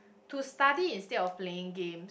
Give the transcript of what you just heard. to study instead of playing games